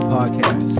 Podcast